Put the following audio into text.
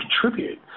Contribute